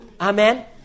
Amen